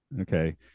Okay